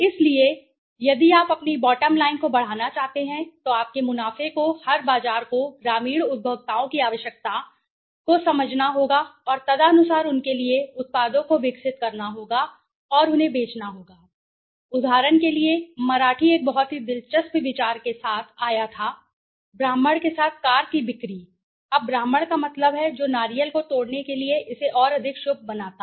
इसलिए यदि आप अपनी बॉटम लाइन को बढ़ाना चाहते हैं तो आपके मुनाफे को हर बाजार को ग्रामीण उपभोक्ताओं की आवश्यकता और आवश्यकता को समझना होगा और तदनुसार उनके लिए उत्पादों को विकसित करना होगा और उन्हें बेचना होगा उदाहरण के लिए मराठी एक बहुत ही दिलचस्प विचार के साथ आया था ब्राह्मण के साथ कार की बिक्री अब ब्राह्मण का मतलब है जो नारियल को तोड़ने के लिए इसे और अधिक शुभ बनाता है